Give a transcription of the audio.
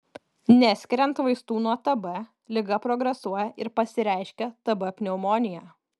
neskiriant vaistų nuo tb liga progresuoja ir pasireiškia tb pneumonija